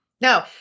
No